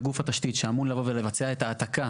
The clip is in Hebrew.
לגוף התשתית שאמור לבוא ולבצע את העתקה